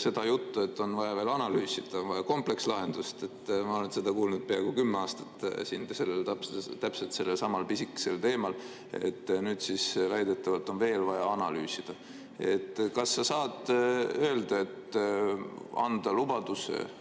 seda juttu, et on vaja veel analüüsida, on vaja komplekslahendust, olen ma kuulnud peaaegu 10 aastat, täpselt sellelsamal pisikesel teemal. Nüüd siis väidetavalt on veel vaja analüüsida. Kas sa saad öelda, anda lubaduse